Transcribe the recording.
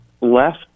left